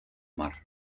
mar